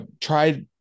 Tried